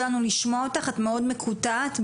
את מאוד מקוטעת...